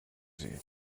sie